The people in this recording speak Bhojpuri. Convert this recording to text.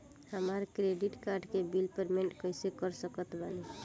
हमार क्रेडिट कार्ड के बिल पेमेंट कइसे कर सकत बानी?